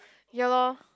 ya lor